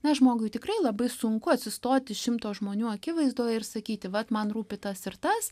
na žmogui tikrai labai sunku atsistoti šimto žmonių akivaizdoje ir sakyti vat man rūpi tas ir tas